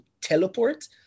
Teleport